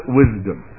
wisdom